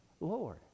Lord